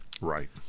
Right